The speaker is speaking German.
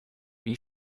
wie